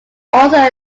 also